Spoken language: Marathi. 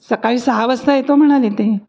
सकाळी सहा वाजता येतो म्हणाले ते